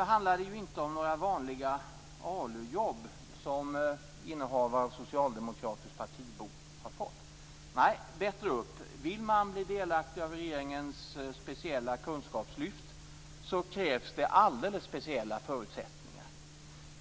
Nu handlar det inte om några vanliga ALU-jobb som innehavare av socialdemokratisk partibok har fått. Nej, bättre upp! Vill man bli delaktig av regeringens speciella kunskapslyft krävs det alldeles speciella förutsättningar.